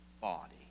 body